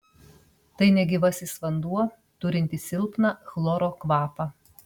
tai negyvasis vanduo turintis silpną chloro kvapą